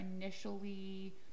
initially